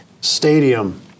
stadium